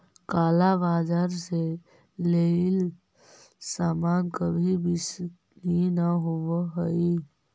काला बाजार से लेइल सामान कभी विश्वसनीय न होवअ हई